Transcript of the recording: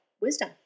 wisdom